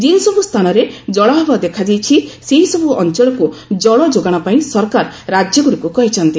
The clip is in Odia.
ଯେଉଁସବୁ ସ୍ଥାନରେ ଜଳାଭାବ ଦେଖାଦେଇଛି ସେହିସବୁ ଅଞ୍ଚଳକୁ ଜଳ ଯୋଗାଣ ପାଇଁ ସରକାର ରାଜ୍ୟଗୁଡ଼ିକୁ କହିଛନ୍ତି